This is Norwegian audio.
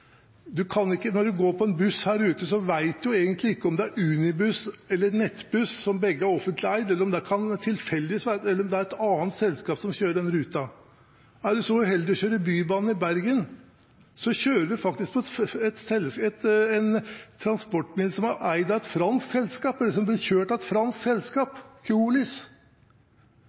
du går på en buss her ute, vet du egentlig ikke om det er Unibuss eller Nettbuss, som begge er offentlig eid, eller om det er et annet selskap som kjører den ruta. Er du så uheldig å kjøre Bybanen i Bergen, kjører du faktisk et transportmiddel som drives av et fransk selskap, Keolis. Det er en sånn frykt for utenlandsk, det er fy fy, det er bare vi i Norge som kan kjøre skinnegående! Vi har et